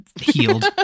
healed